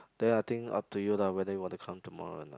then I think up to you lah whether you want to come tomorrow or not